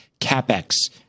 capex